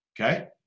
Okay